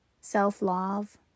Self-love